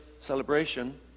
celebration